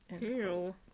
Ew